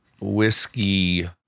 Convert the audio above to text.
whiskey